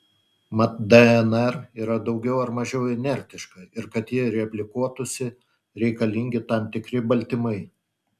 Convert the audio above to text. mat dnr yra daugiau ar mažiau inertiška ir kad ji replikuotųsi reikalingi tam tikri baltymai